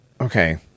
okay